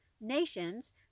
nations